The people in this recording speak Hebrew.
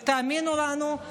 תאמינו לנו,